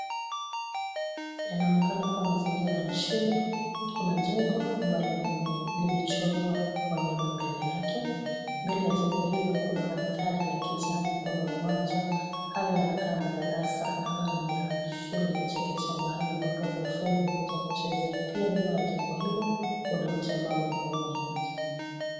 Yanaonekana kuwa mazingira ya shule. Kuna jengo ambalo limechorwa wanyama mbele yake. Mbele ya jengo hilo kuna mandhari ya kijani, kuna uwanja. Hayo yanakaa madarasa ambayo ni ya shule ya chekechea mahali ambapo wanafunzi hujachezea. Pia nyuma ya jengo hilo kuna mti ambao una maua ya manjano.